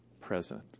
present